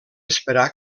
esperar